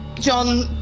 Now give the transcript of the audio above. John